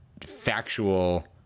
factual